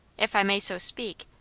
if i may so speak,